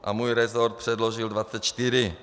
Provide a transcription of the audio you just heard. A můj resort předložil 24.